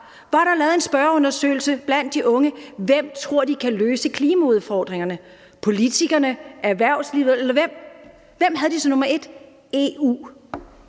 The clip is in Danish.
var der lavet en spørgeundersøgelse blandt de unge om, hvem de troede kunne løse klimaudfordringerne, altså politikerne, erhvervslivet osv., og hvem havde de valgt som nr. 1? EU.